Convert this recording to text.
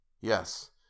Yes